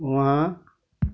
उहाँ